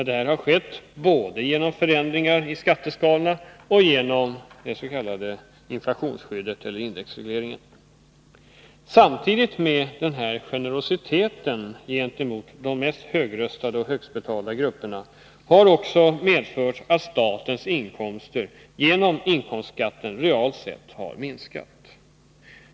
Detta har skett både genom förändringar i skatteskalorna och genom det s.k. inflationsskyddet eller indexregleringen. Denna generositet gentemot de mest högröstade och välbetalda grupperna har också medfört att statens inkomster genom inkomstskatten realt sett har minskat.